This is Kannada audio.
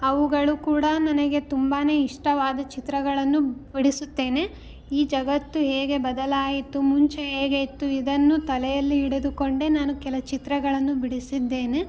ಅವುಗಳು ಕೂಡ ನನಗೆ ತುಂಬಾ ಇಷ್ಟವಾದ ಚಿತ್ರಗಳನ್ನು ಬಿಡಿಸುತ್ತೇನೆ ಈ ಜಗತ್ತು ಹೇಗೆ ಬದಲಾಯಿತು ಮುಂಚೆ ಹೇಗೆ ಇತ್ತು ಇದನ್ನು ತಲೆಯಲ್ಲಿ ಹಿಡಿದುಕೊಂಡೆ ನಾನು ಕೆಲ ಚಿತ್ರಗಳನ್ನು ಬಿಡಿಸಿದ್ದೇನೆ